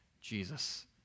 Jesus